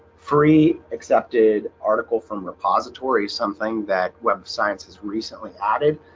free accepted article from repository something that web of science has recently added.